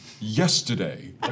yesterday